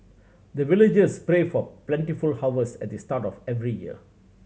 the villagers pray for plentiful harvest at this start of every year